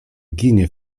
ginie